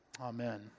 Amen